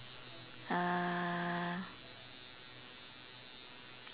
uh